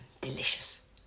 delicious